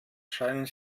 scheinen